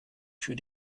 für